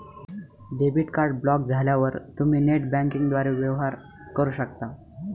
debit card block झाल्यावर तुम्ही net बँकिंगद्वारे वेवहार करू शकता